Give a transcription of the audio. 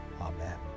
Amen